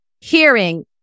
hearing